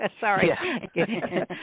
Sorry